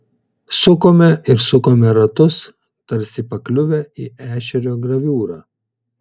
sukome ir sukome ratus tarsi pakliuvę į ešerio graviūrą